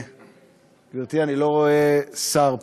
גברתי, אני לא רואה שר פה.